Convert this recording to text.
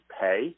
pay